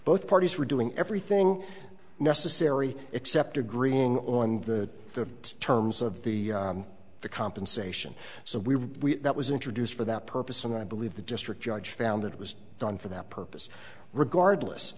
both parties were doing everything necessary except agreeing on the terms of the the compensation so we that was introduced for that purpose and i believe the district judge found that it was done for that purpose regardless